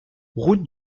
route